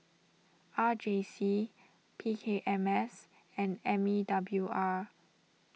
R J C P K M S and M E W R